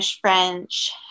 French